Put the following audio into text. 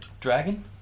Dragon